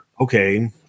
Okay